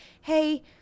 hey